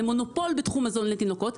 זה מונופול בתחום מזון התינוקות,